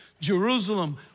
Jerusalem